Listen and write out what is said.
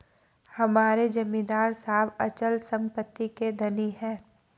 हमारे जमींदार साहब अचल संपत्ति के धनी हैं